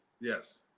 Yes